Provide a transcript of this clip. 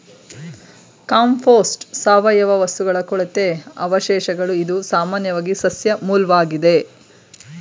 compost ಸಾವಯವ ವಸ್ತುಗಳ ಕೊಳೆತ ಅವಶೇಷಗಳು ಇದು ಸಾಮಾನ್ಯವಾಗಿ ಸಸ್ಯ ಮೂಲ್ವಾಗಿದೆ